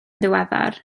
ddiweddar